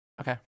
Okay